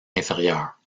inférieure